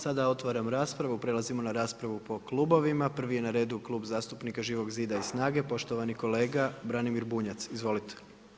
Sada otvaram raspravu, prelazimo na raspravu po klubovima, prvi je na redu Klub zastupnik Živog zida i SNAGA-e, poštovani kolega Branimir Bunjac, izvolite.